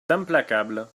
implacable